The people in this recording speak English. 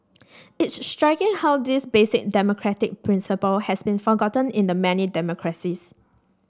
it's striking how this basic democratic principle has been forgotten in many democracies